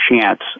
chance